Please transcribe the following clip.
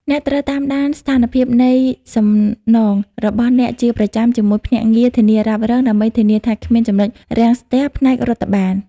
អ្នកត្រូវតាមដាន ស្ថានភាពនៃសំណង របស់អ្នកជាប្រចាំជាមួយភ្នាក់ងារធានារ៉ាប់រង ដើម្បីធានាថាគ្មាន ចំណុចរាំងស្ទះ ផ្នែករដ្ឋបាល។